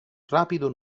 rapido